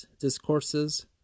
Discourses